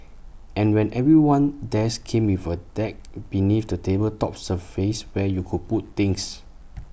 and when everyone's desk came with A deck beneath the table's top surface where you could put things